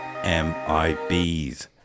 MIBs